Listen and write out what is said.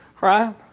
Right